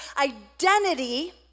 identity